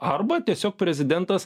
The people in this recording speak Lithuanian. arba tiesiog prezidentas